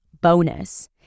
bonus